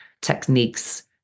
techniques